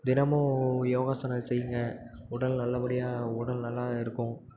தினமும் யோகாசனம் செய்யுங்க உடல் நல்லபடியாக உடல் நல்லா இருக்கும்